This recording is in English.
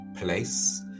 place